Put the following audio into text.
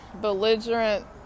belligerent